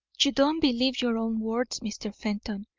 you don't believe your own words, mr. fenton.